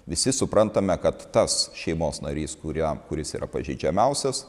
visi suprantame kad tas šeimos narys kuriam kuris yra pažeidžiamiausias